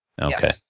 Okay